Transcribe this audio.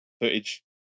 footage